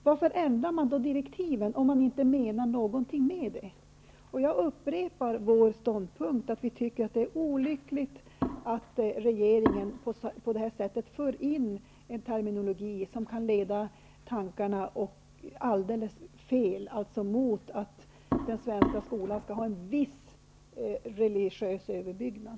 Varför ändra i direktiven om man inte menar något med det? Jag upprepar vår ståndpunkt, nämligen att det är olyckligt att regeringen för in en terminologi som kan leda tankarna alldeles fel, dvs. mot att den svenska skolan skall ha en viss religiös överbyggnad.